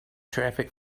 traffic